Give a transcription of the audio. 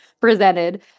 presented